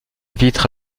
vitre